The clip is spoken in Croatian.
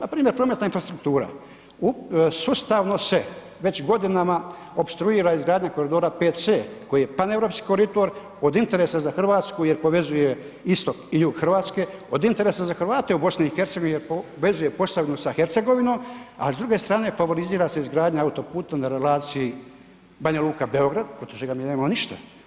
Npr. prometna infrastruktura, sustavno se već godinama opstruira izgradnja koridora 5C koji je paneuropski koridor od interesa za Hrvatsku jer povezuje istok i jug Hrvatske, od interesa za Hrvate u RH jer povezuje Posavinu sa Hercegovinom a s druge strane favorizira se izgradnja autoputa na relaciji Banjaluka-Beograd, protiv čega mi nemamo ništa.